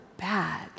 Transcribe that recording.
bad